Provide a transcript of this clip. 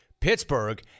Pittsburgh